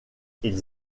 ils